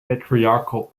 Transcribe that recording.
patriarchal